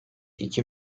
iki